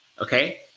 Okay